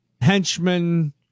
henchmen